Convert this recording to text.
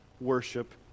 worship